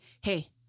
hey